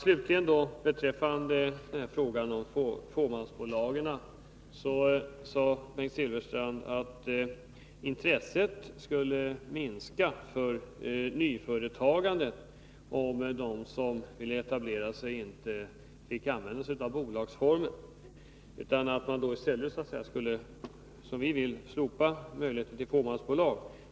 Slutligen beträffande frågan om fåmansbolag: Bengt Silfverstrand sade att intresset för nyföretagande skulle minska om de som vill etablera sig inte får använda sig av fåmansbolagsformen, dvs. om man, som vi önskar, skulle slopa möjligheten till fåmansbolag.